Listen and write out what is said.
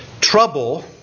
trouble